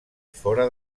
fora